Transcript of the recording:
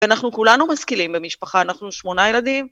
ואנחנו כולנו משכילים במשפחה, אנחנו שמונה ילדים.